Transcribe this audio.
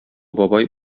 бабай